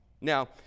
Now